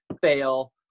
fail